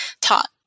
taught